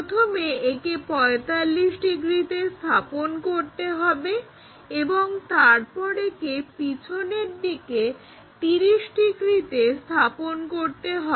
প্রথমে একে 45 ডিগ্রিতে স্থাপন করতে হবে এবং তারপর একে পিছনের দিকে 30 ডিগ্রিতে স্থাপন করতে হবে